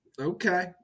Okay